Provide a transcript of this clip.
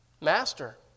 Master